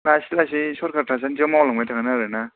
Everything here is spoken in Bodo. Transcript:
लासै लासै सरखार थासान्दियाव मावलांबाय थागोन आरोना